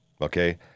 Okay